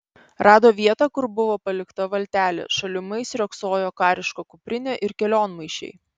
rado vietą kur buvo palikta valtelė šalimais riogsojo kariška kuprinė ir kelionmaišiai